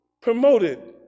promoted